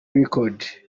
record